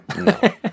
No